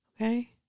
Okay